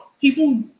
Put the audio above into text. people